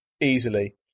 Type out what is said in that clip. easily